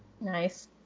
Nice